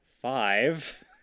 five